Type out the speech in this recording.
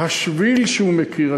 השביל שהוא מכיר,